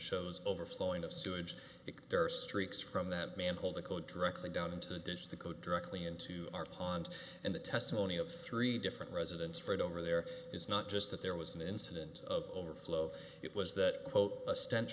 shows overflowing of sewage because there are streaks from that manhole the code directly down into the ditch to go directly into our pond and the testimony of three different residents right over there is not just that there was an incident of overflow it was that quote a ste